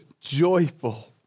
joyful